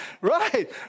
Right